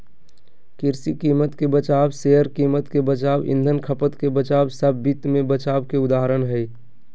कृषि कीमत के बचाव, शेयर कीमत के बचाव, ईंधन खपत के बचाव सब वित्त मे बचाव के उदाहरण हय